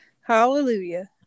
hallelujah